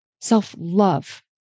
self-love